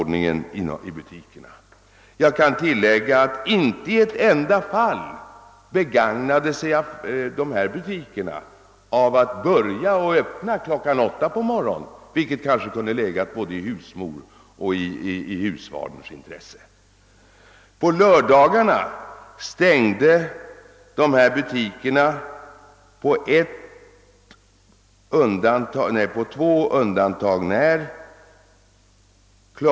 Jag vill tillägga att dessa butiker inte i ett enda fall begagnade sig av möjligheten att öppna klockan åtta på morgonen, vilket kanske kunde ha legat i både husmors och husfars intres Se; På lördagarna stängde dessa butiker, på två undantag när, kl.